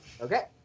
Okay